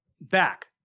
back